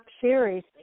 Series